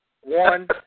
one